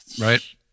right